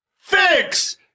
fix